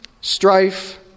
strife